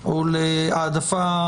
להעדפה,